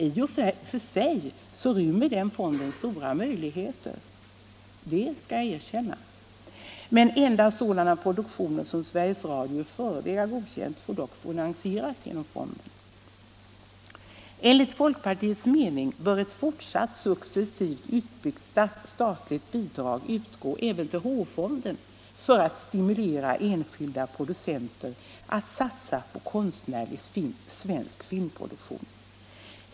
I och för sig rymmer fonden stora möjligheter, det skall erkännas. Endast sådana produktioner, som Sveriges Radio i förväg har godkänt, får dock finansieras genom fonden. Enligt folkpartiets mening bör ett fortsatt, successivt utbyggt statligt bidrag utgå även till H-fonden för att stimulera enskilda producenter att satsa på konstnärlig svensk filmproduktion.